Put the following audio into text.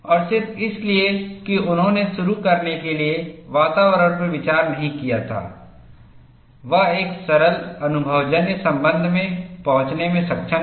और सिर्फ इसलिए कि उन्होंने शुरू करने के लिए वातावरण पर विचार नहीं किया था वह एक सरल अनुभवजन्य संबंध में पहुंचने में सक्षम था